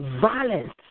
violence